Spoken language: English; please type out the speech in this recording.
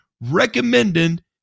recommended